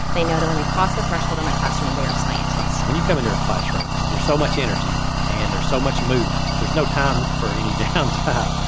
they know that when they cross the threshold in my classroom, they are scientists. when you come into her classroom there's so much energy and there's so much movement, there's no time for any downtime.